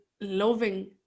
loving